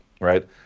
Right